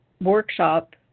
workshop